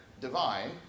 divine